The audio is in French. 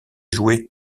jouets